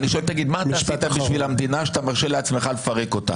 אני שואל מה אתה עשית בשביל המדינה שאתה מרשה לעצמך לפרק אותה.